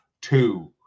Two